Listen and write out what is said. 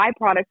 byproduct